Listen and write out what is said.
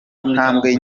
ntambwe